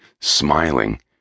Smiling